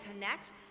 connect